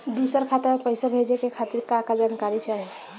दूसर खाता में पईसा भेजे के खातिर का का जानकारी चाहि?